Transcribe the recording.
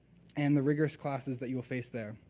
and the rigorous classes that you will face there.